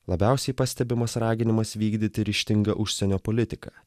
labiausiai pastebimas raginimas vykdyti ryžtingą užsienio politiką